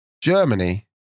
Germany